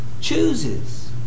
chooses